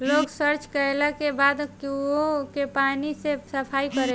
लोग सॉच कैला के बाद कुओं के पानी से सफाई करेलन